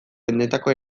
benetako